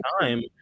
time